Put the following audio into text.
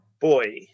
boy